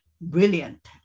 brilliant